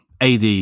Ad